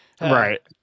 Right